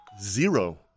Zero